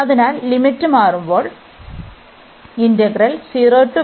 അതിനാൽ ലിമിറ്റ് മാറ്റുമ്പോൾ കിട്ടുന്നു